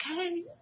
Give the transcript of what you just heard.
okay